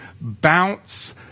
bounce